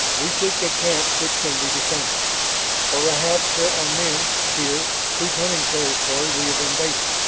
we seek a camp which can be defended. for perhaps there are men here whose hunting territory we have invaded,